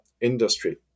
industry